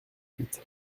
huit